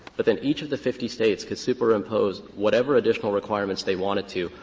but then each of the fifty states could superimpose whatever additional requirements they wanted to,